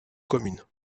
commune